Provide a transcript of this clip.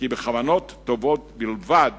כי בכוונות טובות בלבד